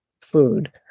food